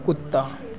कुत्ता